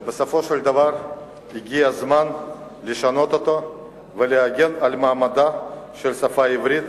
שבסופו של דבר הגיע הזמן לשנות אותה ולהגן על מעמדה של השפה העברית